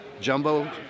jumbo